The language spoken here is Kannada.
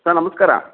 ಸರ್ ನಮಸ್ಕಾರ